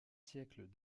siècles